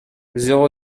zéro